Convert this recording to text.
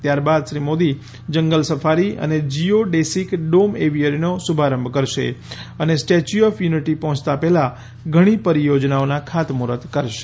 ત્યારબાદ શ્રી મોદી જંગલ સફારી અને જિયોડેસિક ડોમ એવિયરીનો શુભારંભ કરશે અને સ્ટેચ્યું ઓફ યુનિટી પહોંચ્તા પહેલા ઘણી પરિયોજનાઓનાં ખાતમૂર્કત કરશે